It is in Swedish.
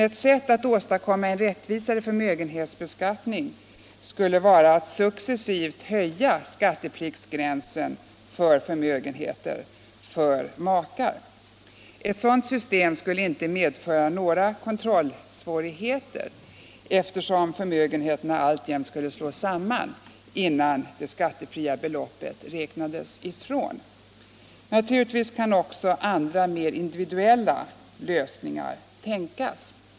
Ett sätt att åstadkomma en rättvisare förmögenhetsbeskattning skulle vara att successivt höja skattepliktsgränsen för förmögenhet för makar. Ett sådant system skulle inte medföra några kontrollsvårigheter eftersom förmögenheterna alltjämt skulle slås samman innan det skattefria beloppet räknades ifrån. Naturligtvis kan också andra mer individuella lösningar tänkas.